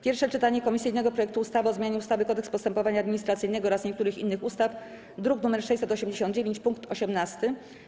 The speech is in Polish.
Pierwsze czytanie komisyjnego projektu ustawy o zmianie ustawy - Kodeks postępowania administracyjnego oraz niektórych innych ustaw (druk nr 689) - punkt 18.